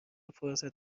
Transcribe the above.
فرصت